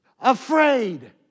afraid